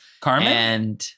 Carmen